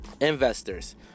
investors